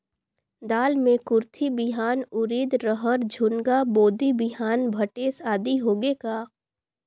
दाल मे कुरथी बिहान, उरीद, रहर, झुनगा, बोदी बिहान भटेस आदि होगे का?